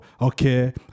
okay